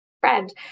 friend